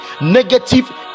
negative